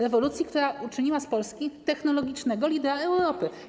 Rewolucji, która uczyniła z Polski technologicznego lidera Europy.